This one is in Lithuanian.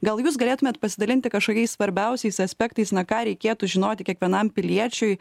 gal jūs galėtumėt pasidalinti kažkokiais svarbiausiais aspektais na ką reikėtų žinoti kiekvienam piliečiui